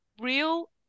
real